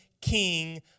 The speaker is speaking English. king